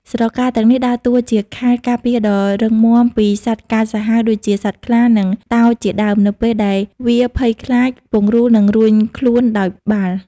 ស្រកាទាំងនេះដើរតួជាខែលការពារដ៏រឹងមាំពីសត្វកាចសាហាវដូចជាសត្វខ្លា និងតោជាដើម នៅពេលដែលវាភ័យខ្លាច ពង្រូលនឹងរួញខ្លួនដូចបាល់។